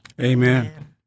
Amen